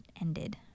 ended